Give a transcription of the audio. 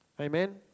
Amen